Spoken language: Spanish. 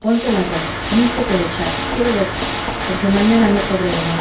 ponte la ropa vístete de charro quiero verte porque mañana no podré venir